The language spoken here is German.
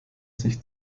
sich